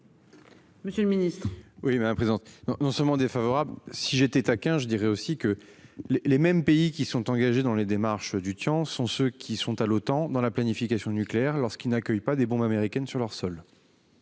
Monsieur le Ministre, oui mais la présence non non seulement défavorable. Si j'étais taquin, je dirais aussi que les les mêmes pays qui sont engagés dans les démarches du sont ceux qui sont à l'OTAN dans la planification nucléaire lorsqu'ils n'accueillent pas des bombes américaines sur leur sol.